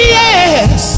yes